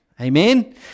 amen